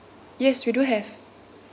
yes we do have